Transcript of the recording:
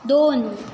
दोन